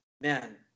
man